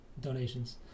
donations